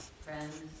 friends